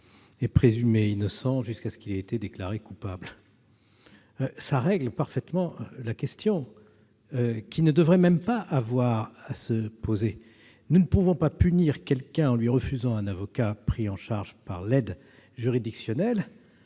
est présumé innocent jusqu'à ce qu'il ait été déclaré coupable. La question ne devrait donc même pas se poser : nous ne pouvons pas punir quelqu'un en lui refusant un avocat pris en charge par l'aide juridictionnelle